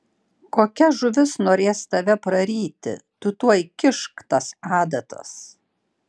kokia žuvis norės tave praryti tu tuoj kišk tas adatas